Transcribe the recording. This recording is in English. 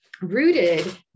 Rooted